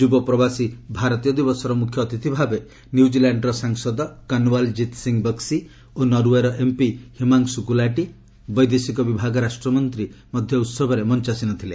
ଯୁବ ପ୍ରବାସୀ ଭାରତୀୟ ଦିବସର ମୁଖ୍ୟ ଅତିଥିଭାବେ ନ୍ୟୁଜିଲାଣ୍ଡର ସାଂସଦ କନ୍ୱାଲ୍ କିତ୍ ସିଂ ବକ୍ୱି ଓ ନରୱେର ଏମ୍ପି ହିମାଂଶୁ ଗୁଲାଟି ବୈଦେଶିକ ବିଭାଗ ରାଷ୍ଟ୍ରମନ୍ତ୍ରୀ ମଧ୍ୟ ଉତ୍ସବରେ ମଞ୍ଚାାସୀନ ଥିଲେ